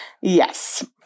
Yes